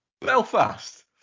Belfast